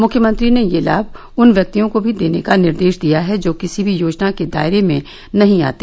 मुख्यमंत्री ने यह लाभ उन व्यक्तियों को भी देने का निर्देश दिया है जो किसी भी योजना के दायरे में नहीं आते